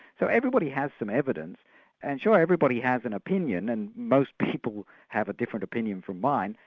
so everybody has some evidence and sure, everybody has an opinion, and most people have a different opinion from mine.